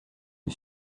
une